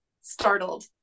startled